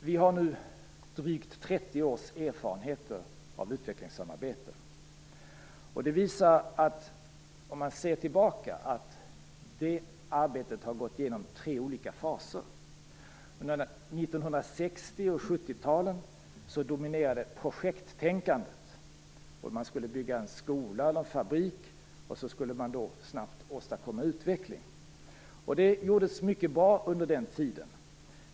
Vi har nu drygt 30 års erfarenheter av utvecklingssamarbete. Ser man tillbaka visar det sig att det arbetet har genomgått tre olika faser. Under 1960 och 70-talen dominerade projekttänkandet. Man skulle bygga en skola eller en fabrik, och så skulle man snabbt åstadkomma utveckling. Det gjordes mycket bra under den tiden.